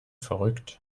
verrückt